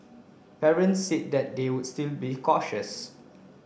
parents they would still be cautious